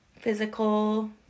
physical